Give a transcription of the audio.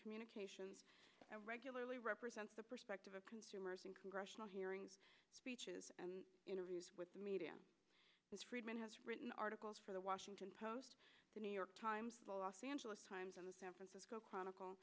communications and regularly represents the perspective of consumers in congressional hearings speeches and interviews with the media and friedman has written articles for the washington post the new york times los angeles times and the san francisco chronicle